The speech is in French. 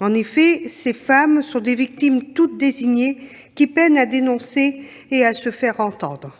En effet, ces femmes sont des victimes toutes désignées qui peinent à dénoncer et à se faire entendre.